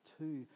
two